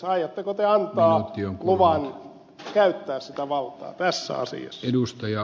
aiotteko te antaa luvan käyttää sitä valtaa tässä asiassa